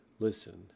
Listen